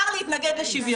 העיקר להתנגד לשוויון.